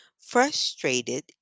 Frustrated